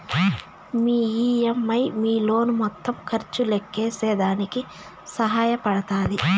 మీ EMI మీ loan మొత్తం ఖర్చు లెక్కేసేదానికి సహాయ పడతాది